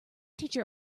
teacher